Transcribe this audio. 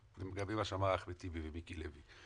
לגבי מה שאמרו אחמד טיבי ומיקי לוי,